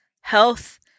health